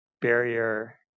barrier